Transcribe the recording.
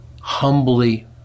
humbly